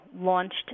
launched